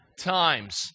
times